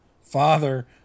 father